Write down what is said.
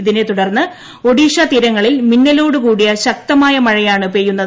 ഇതിനെ തുടർന്ന് ഒഡീഷ തീരങ്ങളിൽ മിന്നലോടുകൂടിയ ശക്തമായ മഴയാണ് അനുഭവപ്പെടുന്നത്